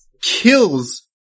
kills